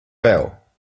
vēl